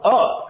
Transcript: up